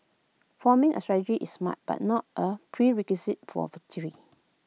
forming A strategy is smart but not A prerequisite for victory